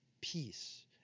peace